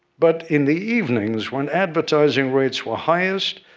but, in the evenings, when advertising rates were highest,